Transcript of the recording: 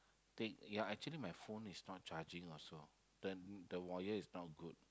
take ya actually my phone is not charging also then the wire is not good